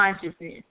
consciousness